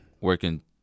working